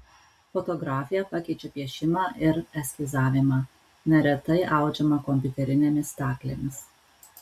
fotografija pakeičia piešimą ir eskizavimą neretai audžiama kompiuterinėmis staklėmis